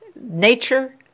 Nature